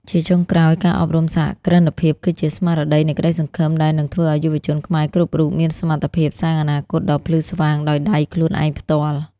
ជាចុងក្រោយ ការអប់រំសហគ្រិនភាពគឺជា "ស្មារតីនៃក្តីសង្ឃឹម" ដែលនឹងធ្វើឱ្យយុវជនខ្មែរគ្រប់រូបមានសមត្ថភាពសាងអនាគតដ៏ភ្លឺស្វាងដោយដៃខ្លួនឯងផ្ទាល់។